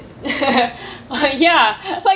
ya like